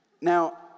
Now